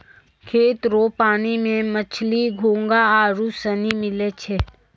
खेत रो पानी मे मछली, घोंघा आरु सनी मिलै छै